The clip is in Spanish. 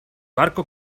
barco